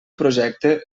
projecte